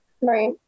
right